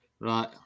Right